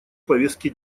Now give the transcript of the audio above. повестки